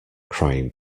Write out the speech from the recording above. crying